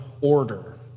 order